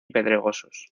pedregosos